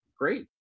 Great